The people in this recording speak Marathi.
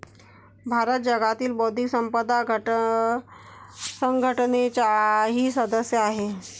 भारत जागतिक बौद्धिक संपदा संघटनेचाही सदस्य आहे